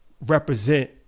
represent